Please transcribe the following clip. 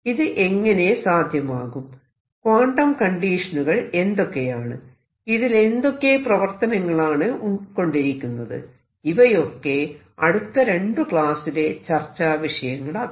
ഇത് എങ്ങനെ സാധ്യമാകും ക്വാണ്ടം കണ്ടീഷനുകൾ എന്തൊക്കെയാണ് ഇതിൽ എന്തൊക്കെ പ്രവർത്തനങ്ങളാണ് ഉൾക്കൊണ്ടിരിക്കുന്നത് ഇവയൊക്കെ അടുത്ത രണ്ടു ക്ലാസ്സിലെ ചർച്ചാവിഷയങ്ങളാക്കാം